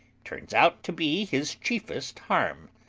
turns out to be his chiefest harm.